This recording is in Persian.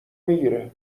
میگیره